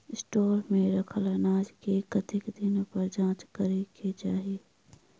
Store मे रखल अनाज केँ कतेक दिन पर जाँच करै केँ चाहि?